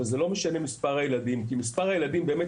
ולא משנה מספר הילדים כי מספר הילדים באמת